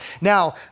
Now